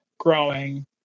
Growing